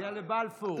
הגיע לבלפור.